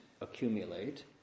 accumulate